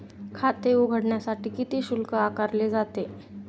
खाते उघडण्यासाठी किती शुल्क आकारले जाते?